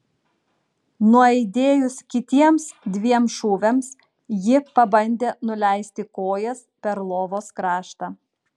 nuaidėjus kitiems dviem šūviams ji pabandė nuleisti kojas per lovos kraštą